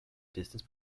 distance